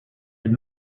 and